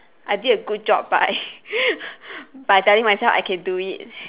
I did a good job by by telling myself I can do it